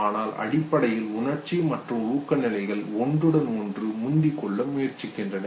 ஆனால் அடிப்படையில் உணர்ச்சி மற்றும் ஊக்க நிலைகள் ஒன்றுடன் ஒன்று முந்திக் கொள்ள முயற்சிக்கின்றன